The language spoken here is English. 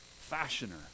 fashioner